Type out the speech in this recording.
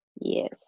Yes